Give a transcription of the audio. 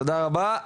תודה רבה לך.